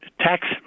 tax